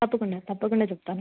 తప్పకుండా తప్పకుండా చెప్తాను